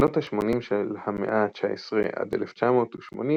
משנות השמונים של המאה ה-19 עד 1980,